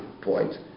point